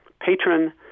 Patron